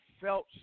felt